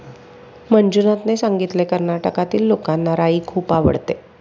मंजुनाथने सांगितले, कर्नाटकातील लोकांना राई खूप आवडते